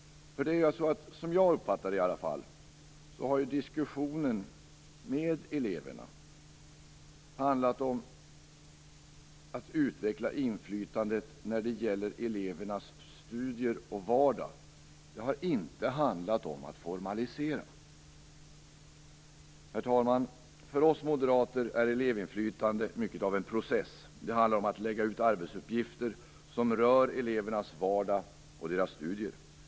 Som jag uppfattar det har diskussionen med eleverna handlat om att utveckla inflytandet när det gäller elevernas studier och vardag. Det har inte handlat om att formalisera. Herr talman! För oss moderater är elevinflytande mycket av en process. Det handlar om att lägga ut arbetsuppgifter som rör elevernas vardag och deras studier.